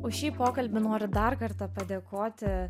už šį pokalbį noriu dar kartą padėkoti